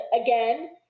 again